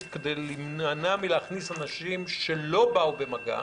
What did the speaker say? כדי להימנע מלהכניס לבידוד אנשים שלא באו במגע,